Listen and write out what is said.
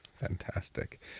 Fantastic